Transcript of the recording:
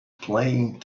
playing